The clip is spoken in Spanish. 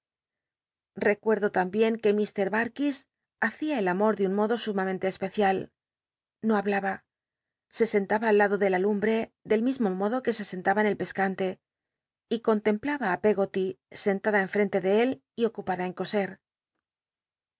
recuerdo lambien que i r barkis hacia el amor de un modo sumamente especial no hablaba se sentaba al lado de la lumbre del mismo modo que se sentaba en el pescante y contemplaba ti pcggoty sentada en frente de él y ocupada en coser